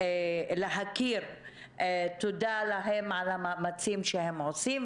להוקיר להם תודה על המאמצים שהם עושים,